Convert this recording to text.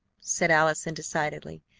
said allison decidedly.